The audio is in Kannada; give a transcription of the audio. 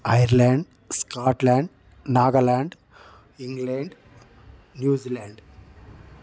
Ireland Scotland Nagaland England New Zealand